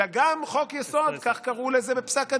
אלא גם חוק-יסוד, כך קראו לכך בפסק הדין,